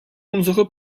unsere